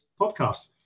podcast